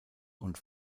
und